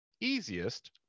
easiest